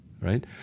right